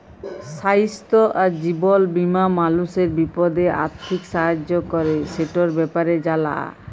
স্বাইস্থ্য আর জীবল বীমা মালুসের বিপদে আথ্থিক সাহায্য ক্যরে, সেটর ব্যাপারে জালা